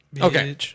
Okay